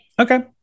Okay